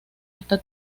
esta